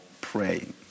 praying